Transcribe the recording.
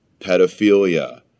pedophilia